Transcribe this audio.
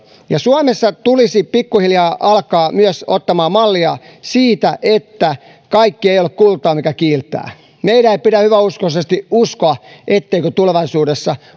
suomessa tulisi pikkuhiljaa alkaa myös ottamaan mallia siitä että kaikki ei ole kultaa mikä kiiltää meidän ei pidä hyväuskoisesti uskoa etteikö tulevaisuudessa